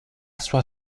sua